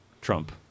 Trump